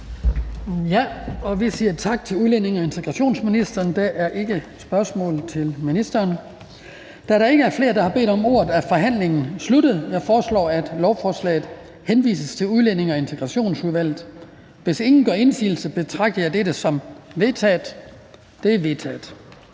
Vi siger tak til udlændinge- og integrationsministeren. Der er ingen spørgsmål til ministeren. Da der ikke er flere, der har bedt om ordet, er forhandlingen sluttet. Jeg foreslår, at lovforslaget henvises til Udlændinge- og Integrationsudvalget. Hvis ingen gør indsigelse, betragter jeg dette som vedtaget. Det er vedtaget.